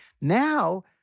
now